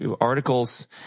articles